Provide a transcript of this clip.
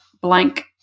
blank